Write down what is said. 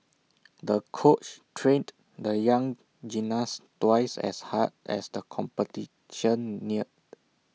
the coach trained the young gymnast twice as hard as the competition neared